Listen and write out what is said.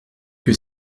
que